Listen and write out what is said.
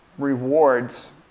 rewards